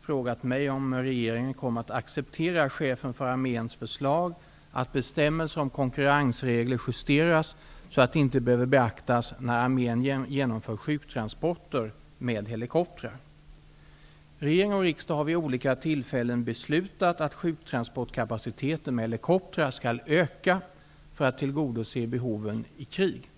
frågat mig om jag och regeringen kommer att acceptera förslaget från Chefen för armén om att bestämmelser om konkurrensregler justeras så att de inte behöver beaktas när armén genomför sjuktransporter med helikoptrar. Regering och riksdag har vid olika tillfällen beslutat att sjuktransportkapaciteten med helikoptrar skall öka för att tillgodose behoven i krig.